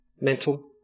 mental